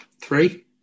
three